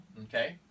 Okay